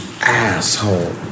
asshole